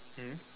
mm